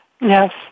Yes